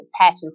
passion